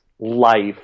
life